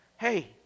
Hey